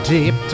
Deep